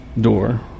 door